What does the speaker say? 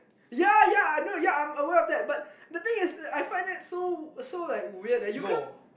yea yea no yea I'm aware of that but thing is that I find that so weird like you can't